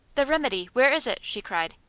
the remedy! where is it? she cried.